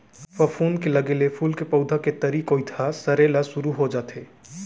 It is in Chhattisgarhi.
फफूंद लगे ले फूल के पउधा के तरी कोइत ह सरे ल सुरू हो जाथे